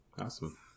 Awesome